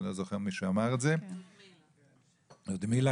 שלודמילה דיברה עליו,